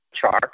chart